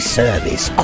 service